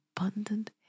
abundant